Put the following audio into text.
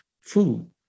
food